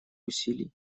усилий